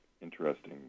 interesting